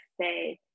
say